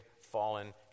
fallen